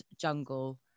jungle